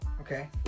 Okay